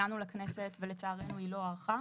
הגענו לכנסת ולצערנו היא לא הוארכה,